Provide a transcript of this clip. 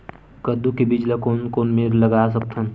कददू के बीज ला कोन कोन मेर लगय सकथन?